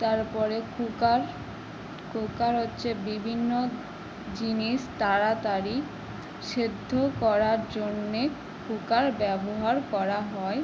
তারপরে cooker cooker হচ্ছে বিভিন্ন জিনিস তাড়াতাড়ি সেদ্ধ করার জন্যে কুকার ব্যবহার করা হয়